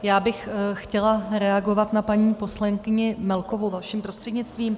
Já bych chtěla reagovat na paní poslankyni Melkovou vaším prostřednictvím.